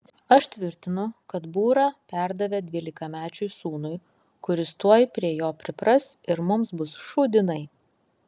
aš tvirtinu kad būrą perdavė dvylikamečiui sūnui kuris tuoj prie jo pripras ir mums bus šūdinai